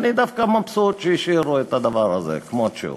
אני דווקא מבסוט שהשאירו את הדבר הזה כמות שהוא,